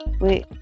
Wait